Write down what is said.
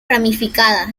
ramificada